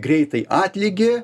greitai atlygį